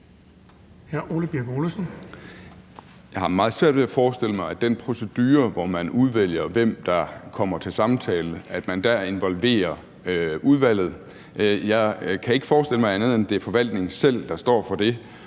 Jeg har meget svært ved at forestille mig, at man ved den procedure, hvor man udvælger, hvem der kommer til samtale, involverer udvalget. Jeg kan ikke forestille mig andet, end at det er forvaltningen selv, der står for det